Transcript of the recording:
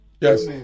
yes